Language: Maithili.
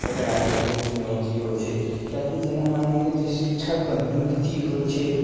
एकर आगे बहुत चुनौतियो छै किएक कि जेना मानिलिअ जे शिक्षकके नियुक्ति होइ छै